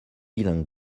bilingues